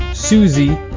Susie